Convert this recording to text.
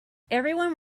everyone